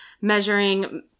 measuring